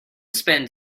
spend